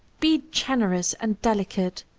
be generous and delicate,